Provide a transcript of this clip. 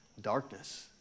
Darkness